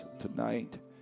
tonight